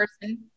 person